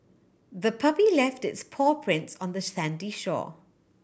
the puppy left its paw prints on the sandy shore